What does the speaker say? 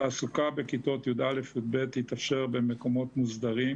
התעסוקה בכיתות י"א י"ב תתאפשר במקומות מוסדרים